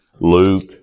Luke